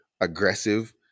aggressive